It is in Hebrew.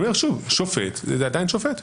שופט זה עדיין שופט.